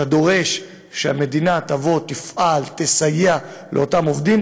אתה דורש שהמדינה תפעל ותסייע לאותם עובדים,